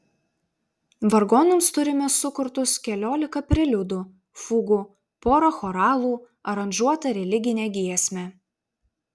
vargonams turime sukurtus keliolika preliudų fugų porą choralų aranžuotą religinę giesmę